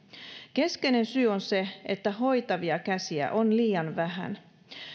keskeinen syy on se että hoitavia käsiä on liian vähän